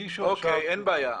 אין בעיה,